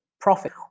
profit